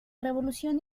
revolución